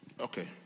okay